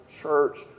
church